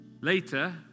Later